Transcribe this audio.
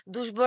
Dos